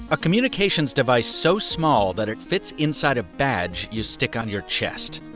a communications device so small that it fits inside a badge you stick on your chest.